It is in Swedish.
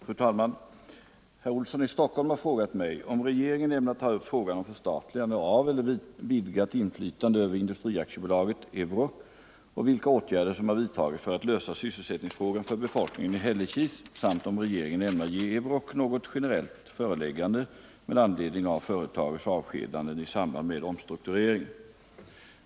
Fru talman! Herr Olsson i Stockholm har frågat mig om regeringen ämnar ta upp frågan om förstatligande av eller vidgat inflytande över Industri AB Euroc och vilka åtgärder som har vidtagits för att lösa sysselsättningsfrågan för befolkningen i Hällekis samt om regeringen ämnar ge Euroc något generellt föreläggande med anledning av företagets avskedanden i samband med omstruktureringen.